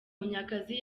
munyakazi